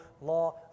law